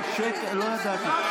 לא ידעתי.